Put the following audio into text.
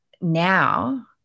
now